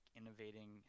innovating